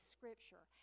Scripture